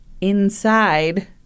inside